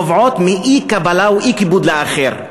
נובעות מאי-קבלה או אי-כיבוד האחר.